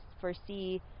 foresee